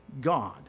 God